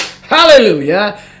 hallelujah